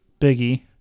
Biggie